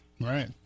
Right